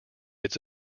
its